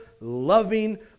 loving